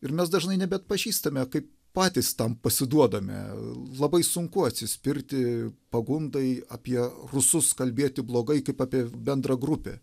ir mes dažnai nebeatpažįstame kai patys tam pasiduodame labai sunku atsispirti pagundai apie rusus kalbėti blogai kaip apie bendrą grupę